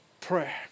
prayer